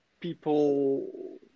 people